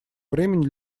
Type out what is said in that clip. времени